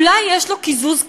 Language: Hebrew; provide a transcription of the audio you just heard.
אולי יש לו קיזוז קבוע,